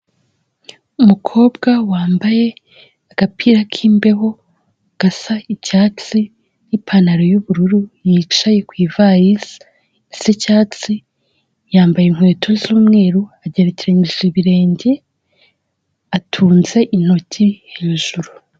Umukobwa wambaye agapira k'imbeho gasa icyatsi n'ipantaro y'ubururu yicaye ku ivarisi isa icyatsi yambaye inkweto z'umweru, agerekereranije ibirenge, atunze intoki hejuru.